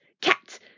Cat